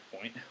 point